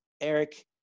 eric